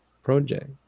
project